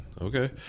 okay